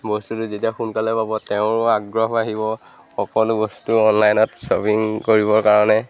বস্তুটো যেতিয়া সোনকালে পাব তেওঁৰো আগ্ৰহ বাঢ়িব সকলো বস্তু অনলাইনত শ্বপিং কৰিবৰ কাৰণে